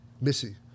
Missy